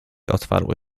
otwarły